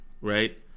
right